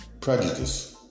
prejudice